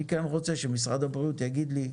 אני כן רוצה שמשרד הבריאות יגיד לי: